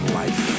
life